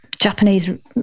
japanese